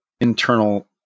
internal